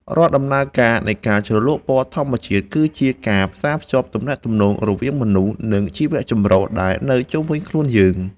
រាល់ដំណើរការនៃការជ្រលក់ពណ៌ធម្មជាតិ គឺជាការផ្សារភ្ជាប់ទំនាក់ទំនងរវាងមនុស្ស និង ជីវចម្រុះដែលនៅជុំវិញខ្លួនយើង។